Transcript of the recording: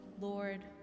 Lord